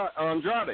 Andrade